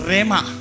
Rema